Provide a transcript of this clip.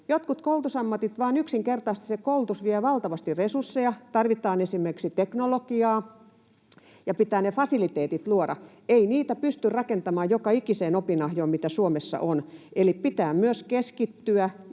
Jotkut koulutusammatit vain yksinkertaisesti... Se koulutus vie valtavasti resursseja. Tarvitaan esimerkiksi teknologiaa, ja pitää ne fasiliteetit luoda. Ei niitä pysty rakentamaan joka ikiseen opinahjoon, mitä Suomessa on. Eli pitää myös keskittyä